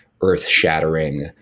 earth-shattering